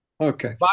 Okay